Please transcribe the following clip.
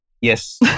Yes